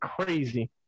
crazy